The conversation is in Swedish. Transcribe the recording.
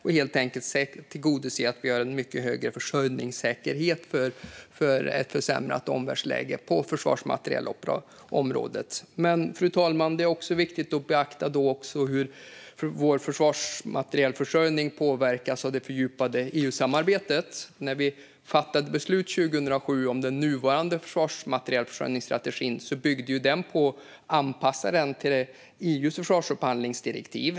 Vi måste tillgodose att vi har en mycket högre försörjningssäkerhet på försvarsmaterielområdet vid ett försämrat omvärldsläge. Fru talman! Det är också viktigt att beakta hur vår försvarsmaterielförsörjning påverkas av det fördjupade EU-samarbetet. När vi fattade beslut 2007 om den nuvarande försvarsmaterielförsörjningsstrategin byggde den på en anpassning till EU:s försvarsupphandlingsdirektiv.